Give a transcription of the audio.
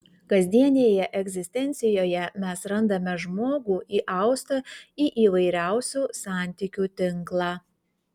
kasdienėje egzistencijoje mes randame žmogų įaustą į įvairiausių santykių tinklą